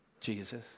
Jesus